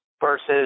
versus